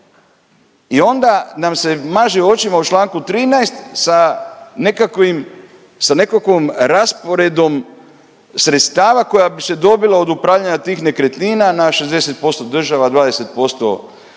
i onda nam se maže očima u Članku 13. sa nekakvim, sa nekakvom rasporedom sredstva koja bi se dobila od upravljanja tih nekretnina na 60% država, 20%, 20% grad